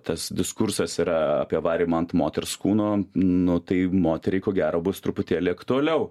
tas diskursas yra apie varymą ant moters kūno nu tai moteriai ko gero bus truputėlį aktualiau